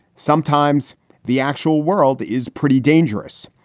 sometimes the actual world is pretty dangerous.